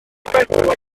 bwrdd